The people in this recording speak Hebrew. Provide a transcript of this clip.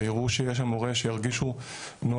שיראו שיש שם מורה ושירגישו נוח,